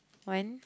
one